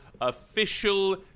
Official